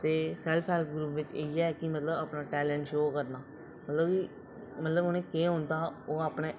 ते self help बिच इ'यै कि अपना टेलैंट शो करना मतलब की मतलब कि उ'नें गी केह् औंदा ओह् अपने